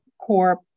Corp